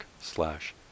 slash